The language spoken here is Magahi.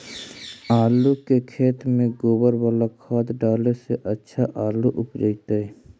आलु के खेत में गोबर बाला खाद डाले से अच्छा आलु उपजतै?